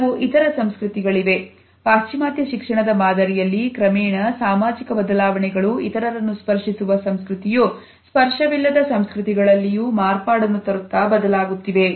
ಕೆಲವು ಇತರ ಸಂಸ್ಕೃತಿಗಳಿವೆ ಪಾಶ್ಚಿಮಾತ್ಯ ಶಿಕ್ಷಣದ ಮಾದರಿಯಲ್ಲಿ ಕ್ರಮೇಣ ಸಾಮಾಜಿಕ ಬದಲಾವಣೆಗಳು ಇತರರನ್ನು ಸ್ಪರ್ಶಿಸುವ ಸಂಸ್ಕೃತಿಯು ಸ್ಪರ್ಶವಿಲ್ಲದ ಸಂಸ್ಕೃತಿಗಳಲ್ಲಿಯೂ ಮಾರ್ಪಾಡನ್ನು ತರುತ್ತ ಬದಲಾಗುತ್ತಿವೆ